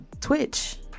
Twitch